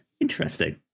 interesting